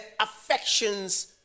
affections